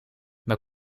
maar